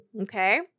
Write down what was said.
Okay